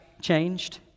changed